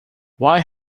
why